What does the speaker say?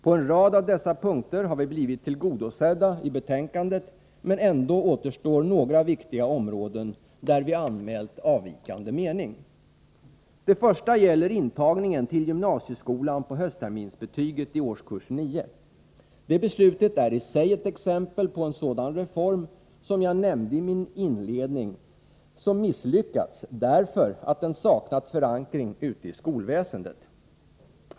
På en rad av dessa punkter har vi blivit tillgodosedda i betänkandet, men ändå återstår några viktiga områden där vi anmält avvikande mening. Det första gäller intagningen till gymnasieskolan på höstterminsbetyget i årskurs 9. Det beslutet är i sig ett exempel på en reform som misslyckats därför att den saknat förankring ute i skolväsendet, vilket jag nämnde i min inledning.